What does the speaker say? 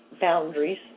boundaries